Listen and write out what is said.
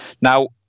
Now